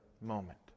moment